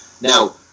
Now